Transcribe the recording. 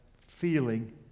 feeling